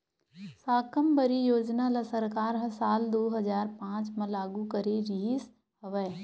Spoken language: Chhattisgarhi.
साकम्बरी योजना ल सरकार ह साल दू हजार पाँच म लागू करे रिहिस हवय